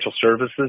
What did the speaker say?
services